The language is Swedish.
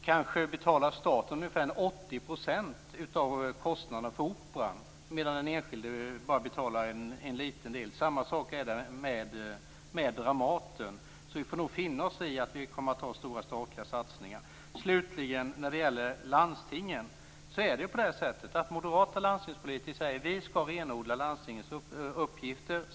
Kanske betalar staten ungefär 80 % av kostnaderna för Operan, medan den enskilde bara betalar en liten del. Det är samma sak med Dramaten. Vi får nog finna oss i att ha stora statliga satsningar. När det gäller landstingen är det så att moderata landstingspolitiker säger: Vi skall renodla landstingets uppgifter.